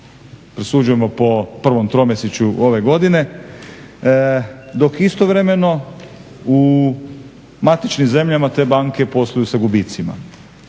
prosuđujemo po prvom tromjesečju ove godine dok istovremeno u matičnim zemljama te banke posluju sa gubicima.